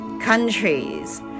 Countries